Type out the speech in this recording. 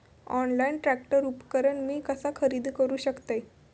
Online tractor उपकरण मी कसा खरेदी करू शकतय?